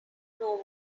know